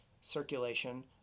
circulation